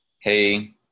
Hey